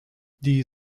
die